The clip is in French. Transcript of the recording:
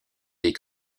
des